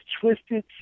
twisted